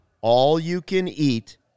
all-you-can-eat